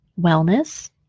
wellness